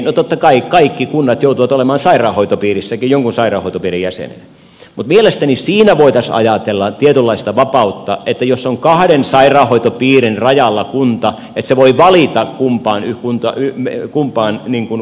no totta kai kaikki kunnat joutuvat olemaan sairaanhoitopiirissäkin jonkun sairaanhoitopiirin jäseniä mutta mielestäni siinä voitaisiin ajatella tietynlaista vapautta että jos kunta on kahden sairaanhoitopiirin rajalla niin se voi valita kumpaan kuntayhtymään menee ja liittyy